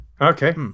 Okay